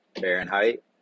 Fahrenheit